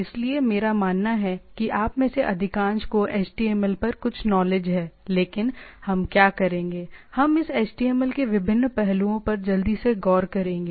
इसलिए मेरा मानना है कि आप में से अधिकांश को एचटीएमएल पर कुछ नॉलेज है लेकिन हम क्या करेंगे हम इस एचटीएमएल के विभिन्न पहलुओं पर जल्दी से गौर करेंगे